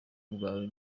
bwawe